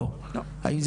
לא.